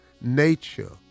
Nature